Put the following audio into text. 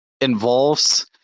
involves